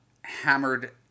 hammered